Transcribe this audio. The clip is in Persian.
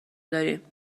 داریم